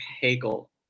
Hegel